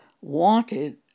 wanted